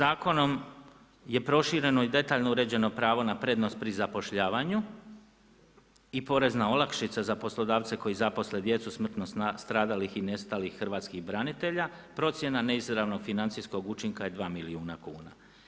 Nadalje, zakonom je prošireno i detaljno uređeno pravo na prednost pri zapošljavanju i porezna olakšica za poslodavce koji zaposle djecu smrtno stradalih i nestalih hrvatskih branitelja, procjena neizravno financijskog učinka je 2 milijuna kuna.